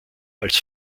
als